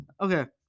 Okay